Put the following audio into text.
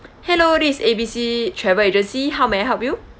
hello this is A B C travel agency how may I help you